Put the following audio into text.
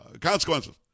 consequences